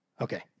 Okay